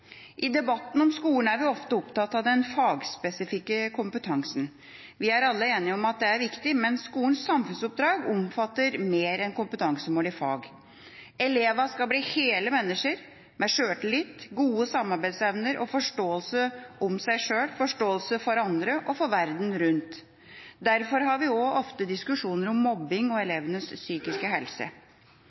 I debattene om skolen er vi ofte opptatt av den fagspesifikke kompetansen. Vi er alle enige om at det er viktig, men skolens samfunnsoppdrag omfatter mer enn kompetansemål i fag. Elevene skal bli hele mennesker, med sjøltillit, gode samarbeidsevner og forståelse av seg sjøl, forståelse for andre og forståelse for verden rundt. Derfor har vi også ofte diskusjoner om mobbing og elevenes psykiske helse.